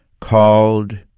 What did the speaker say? called